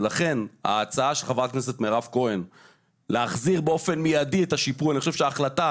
לכן ההצעה של ח"כ מירב כהן להחזיר באופן מיידי את השיפוי אני חושב שההחלטה